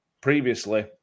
previously